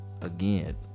again